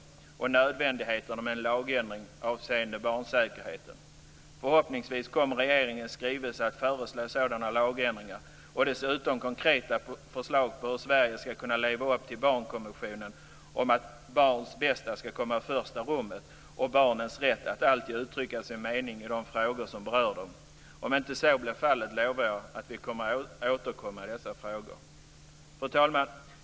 Vi visade också på nödvändigheten av en lagändring avseende barnsäkerheten. Förhoppningsvis kommer regeringen i sin skrivelse att föreslå sådana lagändringar och dessutom ge konkreta förslag på hur Sverige ska kunna leva upp till barnkonventionen, att barnens bästa ska komma i första rummet och att barnen alltid ska ha rätt att uttrycka sin mening i de frågor som berör dem. Om inte så blir fallet lovar jag att vi kommer att återkomma i dessa frågor. Fru talman!